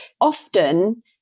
often